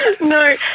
no